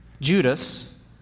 Judas